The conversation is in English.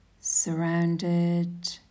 Surrounded